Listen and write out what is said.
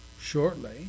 shortly